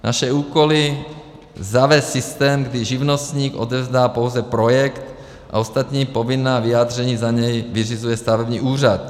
Naše úkoly: zavést systém, kdy živnostník odevzdá pouze projekt a ostatní povinná vyjádření za něj vyřizuje stavební úřad.